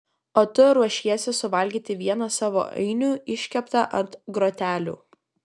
o tu ruošiesi suvalgyti vieną savo ainių iškeptą ant grotelių